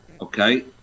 okay